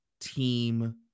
team